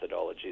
methodologies